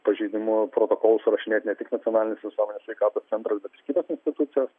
pažeidimo protokolus surašinėt ne tik nacionalinis visuomenės sveikatos centras bet ir kitos institucijos